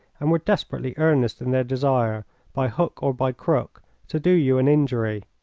and were desperately earnest in their desire by hook or by crook to do you an injury.